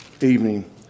evening